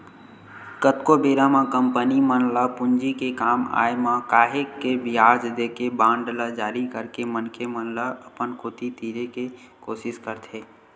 कतको बेरा म कंपनी मन ल पूंजी के काम आय म काहेक के बियाज देके बांड ल जारी करके मनखे मन ल अपन कोती तीरे के कोसिस करथे